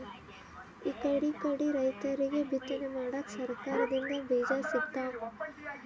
ಇಕಡಿಕಡಿ ರೈತರಿಗ್ ಬಿತ್ತನೆ ಮಾಡಕ್ಕ್ ಸರಕಾರ್ ದಿಂದ್ ಬೀಜಾ ಸಿಗ್ತಾವ್